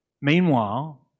Meanwhile